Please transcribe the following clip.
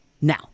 Now